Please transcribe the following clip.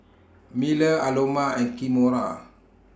Miller Aloma and Kimora